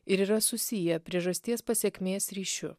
ir yra susiję priežasties pasekmės ryšiu